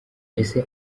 ese